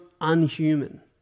unhuman